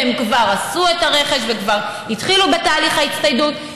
והם כבר עשו את הרכש וכבר התחילו בתהליך ההצטיידות,